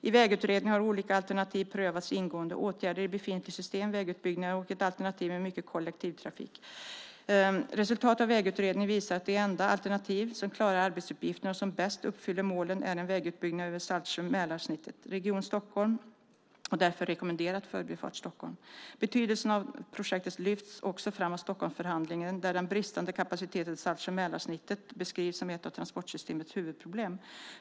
I Vägutredningen har olika alternativ prövats ingående: åtgärder i befintligt system, vägutbyggnader och ett alternativ med mycket kollektivtrafik. Resultatet av Vägutredningen visar att de enda alternativ som klarar arbetsuppgiften och som bäst uppfyller målen är en vägutbyggnad över Saltsjö-Mälarsnittet. Region Stockholm har därför rekommenderat Förbifart Stockholm. Betydelsen av projektet lyfts också fram av Stockholmsförhandlingen där den bristande kapaciteten i Saltsjö-Mälarsnittet beskrivs som ett av transportssystemets huvudproblem.